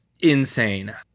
insane